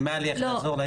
אם היה לי איך לעזור לה,